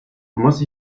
muss